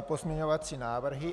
pozměňovací návrhy.